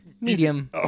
Medium